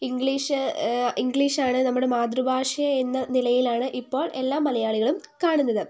English ഇംഗ്ലീഷാണ് നമ്മുടെ മാതൃഭാഷ എന്ന നിലയിലാണ് ഇപ്പോൾ എല്ലാ മലയാളികളും കാണുന്നത്